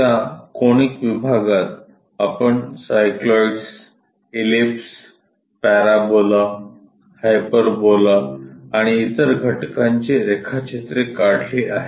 त्या कोनिक विभागात आपण सायक्लॉईड्स इलिप्स पॅराबोला हाइपरबोला आणि इतर घटकांची रेखाचित्रे काढली आहेत